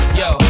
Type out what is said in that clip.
yo